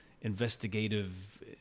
investigative